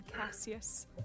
Cassius